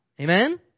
Amen